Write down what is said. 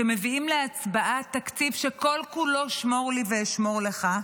שמביאים להצבעה תקציב שכל-כולו שמור לי ואשמור לך,